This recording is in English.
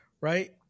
Right